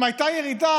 אם הייתה ירידה,